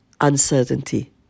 uncertainty